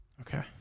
Okay